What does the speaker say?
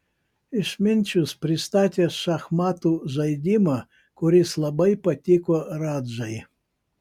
išminčius pristatė šachmatų žaidimą kuris labai patiko radžai